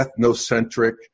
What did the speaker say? ethnocentric